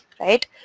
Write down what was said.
right